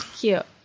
Cute